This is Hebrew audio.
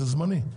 זה זמני.